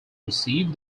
received